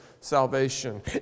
salvation